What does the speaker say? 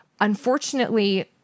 unfortunately